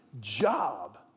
job